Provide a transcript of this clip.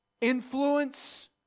influence